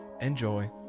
enjoy